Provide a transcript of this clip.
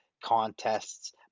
contests